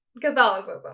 Catholicism